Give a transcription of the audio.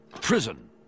Prison